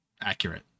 accurate